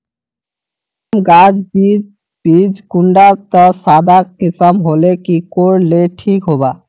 किसम गाज बीज बीज कुंडा त सादा किसम होले की कोर ले ठीक होबा?